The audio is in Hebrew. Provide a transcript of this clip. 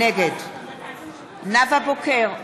נגד נאוה בוקר,